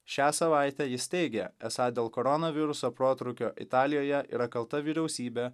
šią savaitę jis teigė esą dėl koronaviruso protrūkio italijoje yra kalta vyriausybė